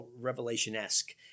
Revelation-esque